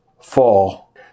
fall